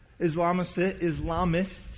Islamists